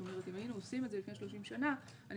אם היינו עושים את זה לפני 30 שנה אני